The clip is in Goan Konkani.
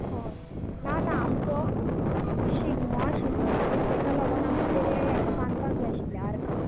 हय ना ना आमचो शिगमो आशिल्लो न्ही तेका लागून ते हेका बांधपाक जाय आशिल्ले आर्काक